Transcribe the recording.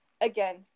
Again